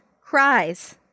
cries